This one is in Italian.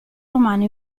romano